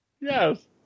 yes